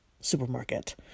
supermarket